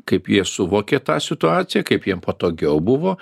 kaip jie suvokė tą situaciją kaip jiem patogiau buvo